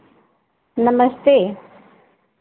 नमस्ते